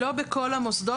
לא בכל המוסדות.